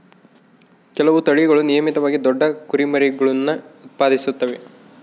ಕೆಲವು ತಳಿಗಳು ನಿಯಮಿತವಾಗಿ ದೊಡ್ಡ ಕುರಿಮರಿಗುಳ್ನ ಉತ್ಪಾದಿಸುತ್ತವೆ